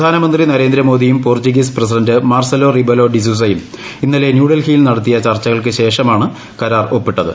പ്രധാനമന്ത്രി നരേന്ദ്ര മോദിയും Portuguese president Marcelo Rebelo de സൂസയും ഇന്നലെ ന്യൂഡൽഹി യിൽ നടത്തിയ ചർച്ചകൾക്ക് ശേഷമാണ് കരാർ ഒപ്പിട്ടത്